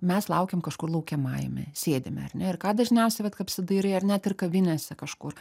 mes laukiam kažkur laukiamajame sėdime ar ne ir ką dažniausiai vat apsidairai ar net ir kavinėse kažkur